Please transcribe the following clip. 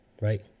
right